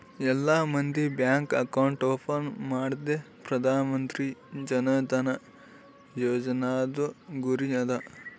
ಎಲ್ಲಾ ಮಂದಿಗ್ bank account open ಮಾಡದೆ ಪ್ರಧಾನ್ ಮಂತ್ರಿ ಜನ್ ಧನ ಯೋಜನಾದು ಗುರಿ ಅದ